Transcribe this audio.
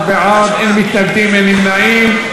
71 בעד, אין מתנגדים, אין נמנעים.